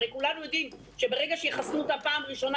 הרי כולנו יודעים שברגע שיחסנו אותם פעם ראשונה,